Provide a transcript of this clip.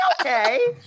okay